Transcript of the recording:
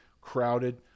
crowded